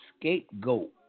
scapegoat